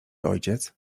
ojciec